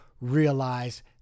realize